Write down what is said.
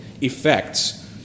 effects